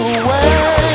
away